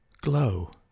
glow